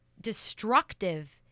destructive